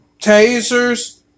tasers